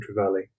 Valley